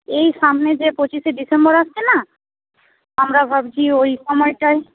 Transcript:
এই সামনে যে পঁচিশে ডিসেম্বর আসছে না আমরা ভাবছি ওই সময়টাই